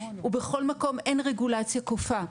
ובכל מקום אין רגולציה כופה.